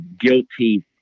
guilty